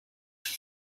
for